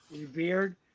revered